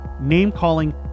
name-calling